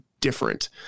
different